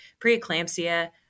preeclampsia